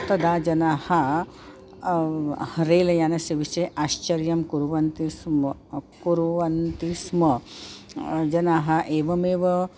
तदा जनाः रेल्यानस्य विषये आश्चर्यं कुर्वन्ति स्म कुर्वन्ति स्म जनाः एवमेव